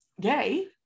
gay